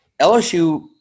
LSU